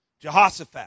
Jehoshaphat